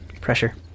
pressure